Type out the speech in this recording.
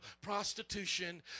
prostitution